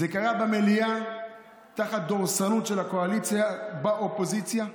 זה קרה במליאה תחת דורסנות של הקואליציה באופוזיציה.